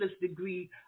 degree